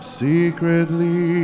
secretly